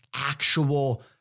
actual